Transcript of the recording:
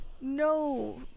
No